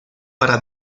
para